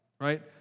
right